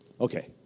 Okay